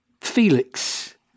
Felix